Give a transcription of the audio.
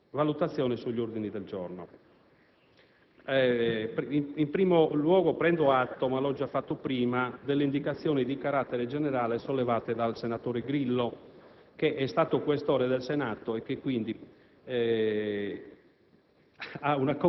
successivamente la nostra valutazione sugli ordini del giorno. In primo luogo, prendo atto - ma l'ho già fatto prima - delle indicazioni di carattere generale sollevate dal senatore Grillo,